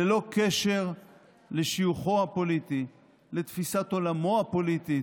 ללא קשר לשיוכו הפוליטי, לתפיסת עולמו הפוליטית.